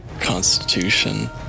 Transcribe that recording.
Constitution